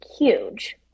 huge